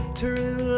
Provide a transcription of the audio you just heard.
true